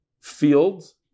fields